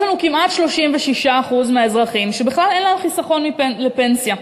יש לנו כמעט 36% מהאזרחים שבכלל אין להם חיסכון לפנסיה,